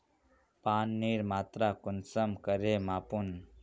पानीर मात्रा कुंसम करे मापुम?